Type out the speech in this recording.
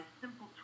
simple